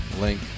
link